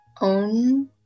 own